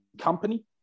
company